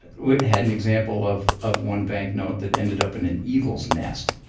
we had an example of of one bank note that ended up in an eagle's nest